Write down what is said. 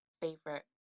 favorite